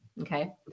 Okay